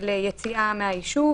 של יציאה מהיישוב.